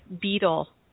beetle